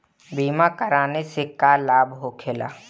बीमा कराने से का लाभ होखेला?